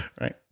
Right